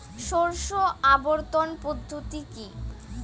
শস্য আবর্তন পদ্ধতি কি?